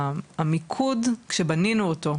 המיקוד כשבנינו אותו,